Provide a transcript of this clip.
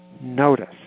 notice